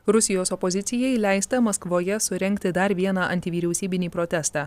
rusijos opozicijai leista maskvoje surengti dar vieną antivyriausybinį protestą